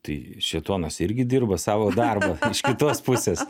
tai šėtonas irgi dirba savo darbą iš kitos pusės